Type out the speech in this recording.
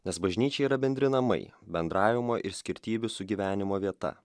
nes bažnyčia yra bendri namai bendravimo ir skirtybių sugyvenimo vieta